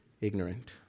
ignorant